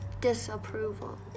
disapproval